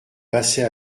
passer